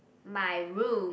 my rule